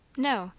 no.